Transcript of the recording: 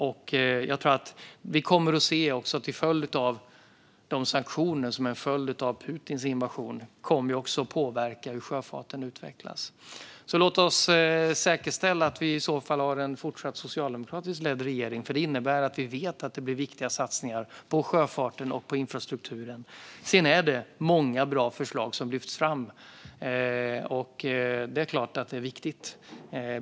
Och de sanktioner som lagts till följd av Putins invasion kommer också att påverka hur sjöfarten utvecklas. Låt oss säkerställa att vi har en socialdemokratiskt ledd regering även fortsättningsvis. Det innebär att vi vet att det kommer att göras viktiga satsningar på sjöfarten och infrastrukturen. Men visst lyfts många bra förslag fram, och de är självklart viktiga.